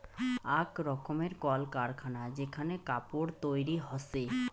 আক রকমের কল কারখানা যেখানে কাপড় তৈরী হসে